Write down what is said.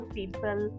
people